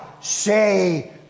say